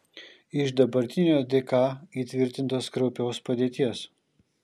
iš dabartinio dk įtvirtintos kraupios padėties